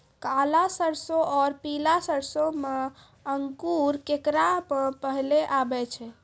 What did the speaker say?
काला सरसो और पीला सरसो मे अंकुर केकरा मे पहले आबै छै?